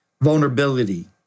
vulnerability